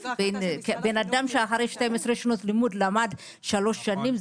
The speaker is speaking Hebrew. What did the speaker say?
בן אדם שאחרי 12 שנות לימוד למד שלוש שנים,